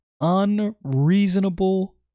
Unreasonable